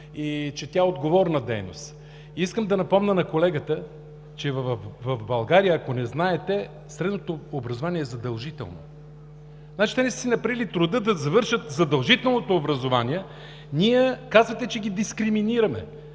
и че тя е отговорна дейност. Искам да напомня на колегата, че в България, ако не знаете, средното образование е задължително. Значи, те не са си направили труда да завършат задължителното образование, казвате, че ние ги дискриминираме.